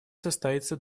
состоится